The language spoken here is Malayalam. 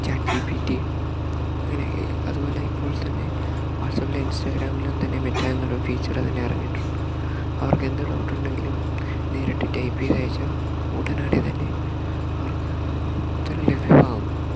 ചാറ്റ്ജിപിടി അങ്ങനെ അതുപോലെ ഇപ്പോൾ തന്നെ വാട്സആപ്പിലും ഇൻസ്റ്റാഗ്രാമിലും തന്നെ മെറ്റാ എന്നൊരു ഫീച്ചറ് തന്നെ ഇറങ്ങിയിട്ടുണ്ട് അവർക്കെന്ത് ഡൗട്ടുണ്ടെങ്കിലും നേരിട്ട് ടൈപ്പ് ചെയ്ത് അയച്ചാൽ ഉടനടി തന്നെ അവർക്ക് അതിനുള്ള ഉത്തരം ലഭ്യമാകും